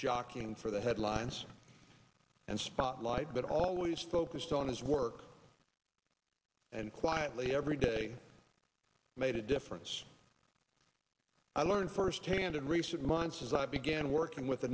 jockeying for the headlines and spotlight but always focused on his work and quietly every day made a difference i learned firsthand in recent months as i began working with a